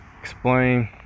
explain